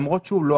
למרות שזה דבר